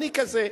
אני כזה.